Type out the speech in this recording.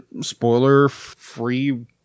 spoiler-free